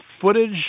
footage